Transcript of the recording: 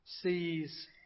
sees